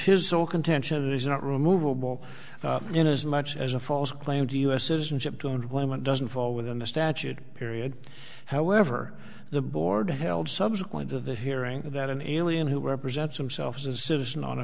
his or contention is not removable in as much as a false claim to u s citizenship to and when it doesn't fall within the statute period however the board held subsequent to the hearing that an alien who represents himself as a citizen on a